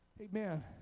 amen